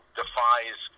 defies